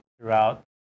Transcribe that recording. throughout